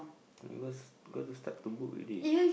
never got to start to book already